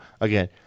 again